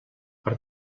per